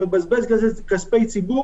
בזבוז כספי ציבור